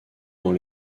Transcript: dans